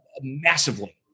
Massively